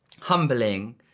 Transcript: humbling